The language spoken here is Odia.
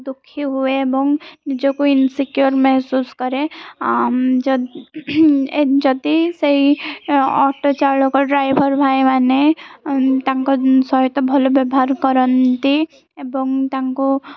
ଦୁଃଖୀ ହୁଏ ଏବଂ ନିଜକୁ ଇନସିକ୍ୟୁର ମେହସୁସ୍ କରେ ଯ ଯଦି ସେଇ ଅଟୋ ଚାଳକ ଡ୍ରାଇଭର୍ ଭାଇମାନେ ତାଙ୍କ ସହିତ ଭଲ ବ୍ୟବହାର କରନ୍ତି ଏବଂ ତାଙ୍କୁ